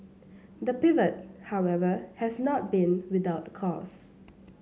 the pivot however has not been without costs